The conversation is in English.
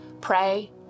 pray